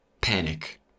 panic